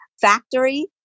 Factory